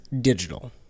digital